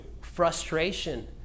Frustration